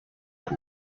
faut